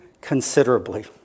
considerably